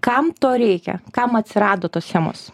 kam to reikia kam atsirado tos chemos